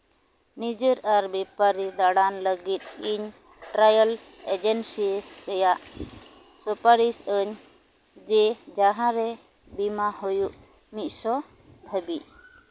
ᱱᱤᱡᱮᱨ ᱟᱨ ᱵᱮᱯᱟᱨᱤ ᱫᱟᱬᱟᱱ ᱞᱟᱹᱜᱤᱫ ᱤᱧ ᱴᱨᱟᱭᱮᱞ ᱮᱡᱮᱱᱥᱤ ᱨᱮᱭᱟᱜ ᱥᱩᱯᱟᱨᱤᱥ ᱟᱹᱧ ᱡᱮ ᱡᱟᱦᱟᱸ ᱵᱤᱢᱟ ᱦᱩᱭᱩᱜ ᱢᱤᱫ ᱥᱚ ᱦᱟᱹᱵᱤᱡ